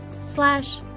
slash